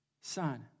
Son